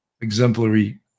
exemplary